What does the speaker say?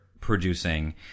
producing